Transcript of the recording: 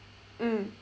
mm